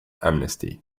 amnesty